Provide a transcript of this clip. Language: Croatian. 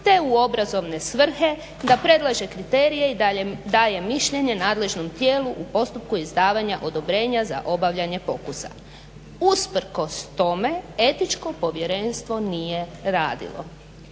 te u obrazovne svrhe, da predlaže kriterije i daje mišljenje nadležnom tijelu u postupku izdavanja odobrenja za obavljanje pokusa. Usprkos tome Etičko povjerenstvo nije radilo.